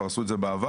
עשו את זה בעבר.